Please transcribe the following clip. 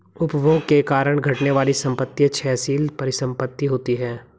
उपभोग के कारण घटने वाली संपत्ति क्षयशील परिसंपत्ति होती हैं